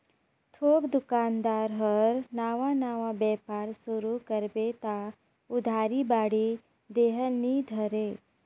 थोक दोकानदार हर नावा नावा बेपार सुरू करबे त उधारी बाड़ही देह ल नी धरे